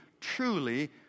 truly